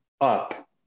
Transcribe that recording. up